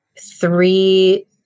three